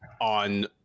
on